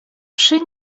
przy